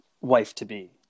wife-to-be